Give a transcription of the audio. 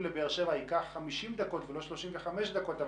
לבאר שבע ייקח 50 דקות ולא 35 דקות,